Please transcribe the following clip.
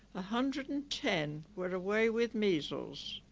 ah hundred and ten were away with measles